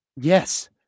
Yes